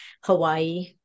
Hawaii